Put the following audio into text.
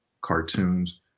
cartoons